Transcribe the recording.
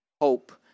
hope